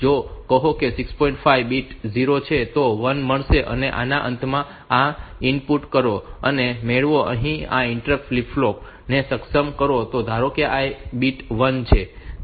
5 આ બીટ 0 છે તો 1 મળશે અને આના અંતમાં આ ઇનપુટ કરો અને મેળવો અને પછી આ ઇન્ટરપ્ટ ફ્લિપ ફ્લોપ ને સક્ષમ કરો તો ધારો કે આ બીટ 1 છે